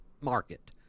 market